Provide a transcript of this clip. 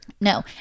No